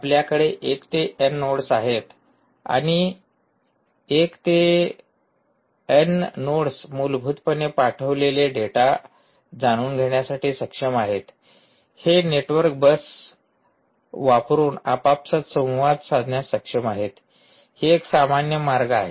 आपल्याकडे 1 ते N nodes आहेत आणि हे 1 ते एन नोड्स मूलभूतपणे पाठविलेले डेटा जाणून घेण्यासाठी सक्षम आहेत हे नेटवर्क बस वापरुन आपापसांत संवाद साधण्यास सक्षम आहेत ही एक सामान्य मार्ग आहे